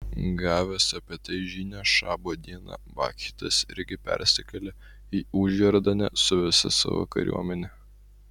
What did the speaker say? gavęs apie tai žinią šabo dieną bakchidas irgi persikėlė į užjordanę su visa savo kariuomene